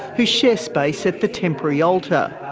who share space at the temporary altar.